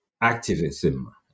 activism